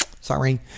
Sorry